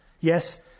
Yes